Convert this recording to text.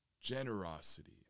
generosity